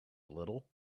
little